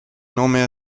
nome